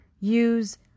use